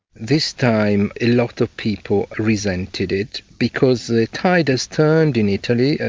this time a lot of people resented it because the tide has turned in italy.